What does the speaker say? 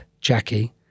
Jackie